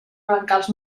brancals